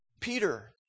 Peter